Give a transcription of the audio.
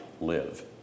live